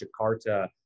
Jakarta